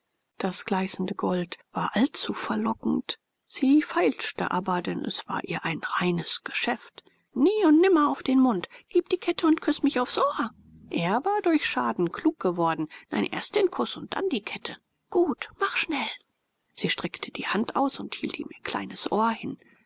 das gleißende gold war allzu verlockend sie feilschte aber denn es war ihr ein reines geschäft nicht und nie auf den mund gib die kette und küsse mich aufs ohr er war durch schaden klug geworden nein erst den kuß und dann die kette gut mach schnell sie streckte die hand aus und hielt ihm ihr kleines ohr hin